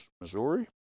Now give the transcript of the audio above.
Missouri